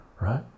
right